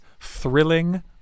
Thrilling